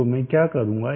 तो मैं क्या करूंगा